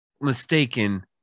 mistaken